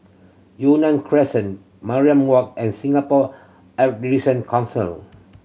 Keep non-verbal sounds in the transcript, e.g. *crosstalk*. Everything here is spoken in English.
Yunnan Crescent Mariam Walk and Singapore *unintelligible* Council